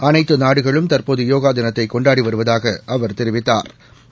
அனைத்து நாடுகளும் தற்போது யோகா தினத்தை கொண்டாடி வருவதாக அவா் தெரிவித்தாா்